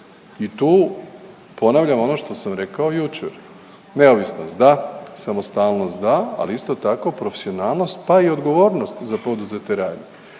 i tu ponavljam ono što sam rekao jučer, neovisnost da, samostalnost da, ali isto tako profesionalnost, pa i odgovornost za poduzete radnje.